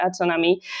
autonomy